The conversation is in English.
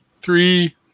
three